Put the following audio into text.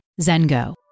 Zengo